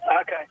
Okay